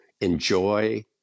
enjoy